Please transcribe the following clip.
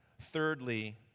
Thirdly